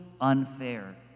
unfair